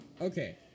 Okay